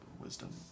wisdom